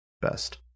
best